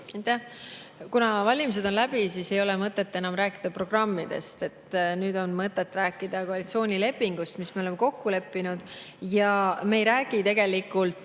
Kuna valimised on läbi, siis ei ole mõtet enam rääkida programmidest, nüüd on mõtet rääkida koalitsioonilepingust, milles me oleme kokku leppinud. Me ei räägi tegelikult